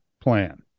plan